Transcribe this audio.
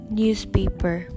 newspaper